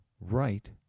right